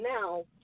now